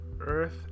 earth